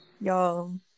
y'all